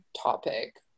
topic